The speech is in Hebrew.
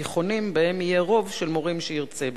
בתיכונים שבהם יהיה רוב של מורים שירצה בכך.